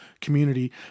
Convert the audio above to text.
Community